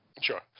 Sure